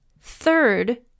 Third